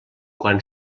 quan